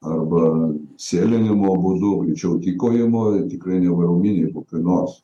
arba sėlinimo būdu greičiau tykojimo tikrai varominiu kokiu nors